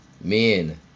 men